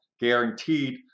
guaranteed